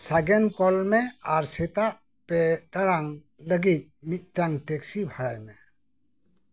ᱥᱟᱜᱮᱱ ᱠᱚᱞ ᱢᱮ ᱟᱨ ᱥᱮᱛᱟᱜ ᱯᱮ ᱴᱟᱲᱟᱝ ᱞᱟᱜᱤᱫ ᱢᱤᱫᱴᱟᱝ ᱴᱮᱠᱥᱤ ᱵᱷᱟᱲᱟᱭ ᱢᱮ